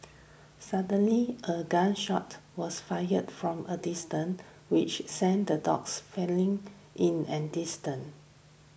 suddenly a gun shot was fired from a distance which sent the dogs fleeing in an distant